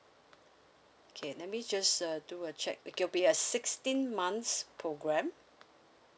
okay let me just uh do a check it will be a sixteen months program